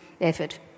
effort